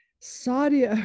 Saudi